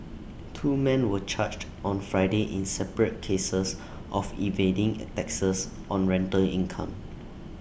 two men were charged on Friday in separate cases of evading taxes on rental income